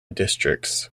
districts